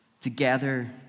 Together